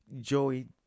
Joey